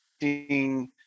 seeing